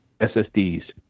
SSDs